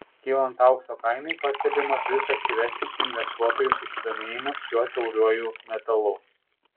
kylant aukso kainai pastebimas vis aktyvesnis investuotojų susidomėjimas šiuo tauriuoju metalu